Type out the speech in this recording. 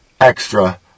extra